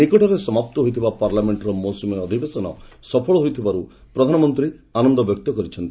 ନିକଟରେ ସମାପ୍ତ ହୋଇଥିବା ପାର୍ଲାମେଣ୍ଟର ମୌସ୍ତମୀ ଅଧିବେଶନ ସଫଳ ହୋଇଥିବାରୁ ପ୍ରଧାନମନ୍ତ୍ରୀ ଆନନ୍ଦ ପ୍ରକାଶ କରିଛନ୍ତି